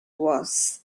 was